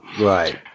Right